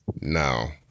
No